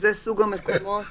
אותם מקומות